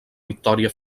victòria